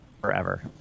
forever